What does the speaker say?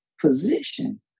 position